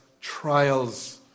trials